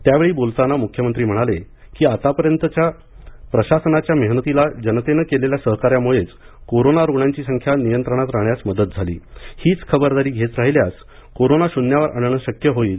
त्यावेळी बोलताना मुख्यमंत्री म्हणाले की आत्तापर्यंत प्रशासनाच्या मेहनतीला जनतेने केलेल्या सहकार्यामुळेच कोरोना रूग्णांची संख्या नियंत्रणात राहाण्यास मदत झाली हीच खबरदारी घेत राहिल्यास कोरोना शुन्यावर आणणे शक्य होईल